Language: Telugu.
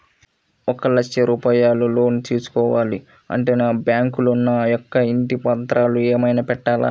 ఒక లక్ష రూపాయలు లోన్ తీసుకోవాలి అంటే బ్యాంకులో నా యొక్క ఇంటి పత్రాలు ఏమైనా పెట్టాలా?